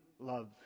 love